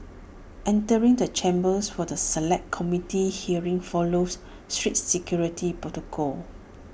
entering the chambers for the Select Committee hearing follows strict security protocol